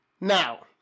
Now